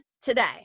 today